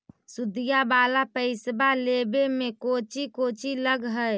सुदिया वाला पैसबा लेबे में कोची कोची लगहय?